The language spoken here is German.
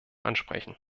ansprechen